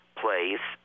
place